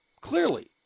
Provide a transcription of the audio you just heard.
clearly